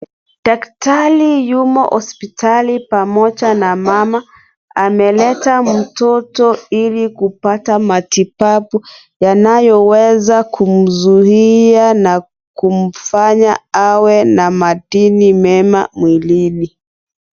Daktari yumo hospitali pamoja na mama ameleta mtoto ili kupata matibabu yanayoweza kumzuia na kumfanya awe na madini mema mwilini.